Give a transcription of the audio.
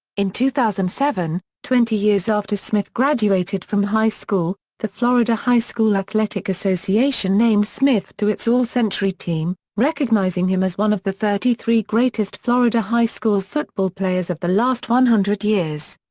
in two thousand and seven, twenty years after smith graduated from high school, the florida high school athletic association named smith to its all-century team, recognizing him as one of the thirty-three greatest florida high school football players of the last one hundred years.